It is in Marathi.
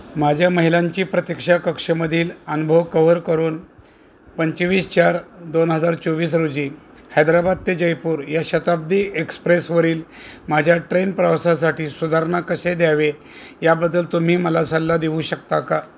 माझ्या महिलांची प्रतिक्षा कक्षेमधील अनुभव कव्हर करून पंचवीस चार दोन हजार चोवीस रोजी हैदराबाद ते जयपूर या शताब्दी एक्सप्रेसवरील माझ्या ट्रेन प्रवासासाठी सुधारणा कसे द्यावे याबद्दल तुम्ही मला सल्ला देऊ शकता का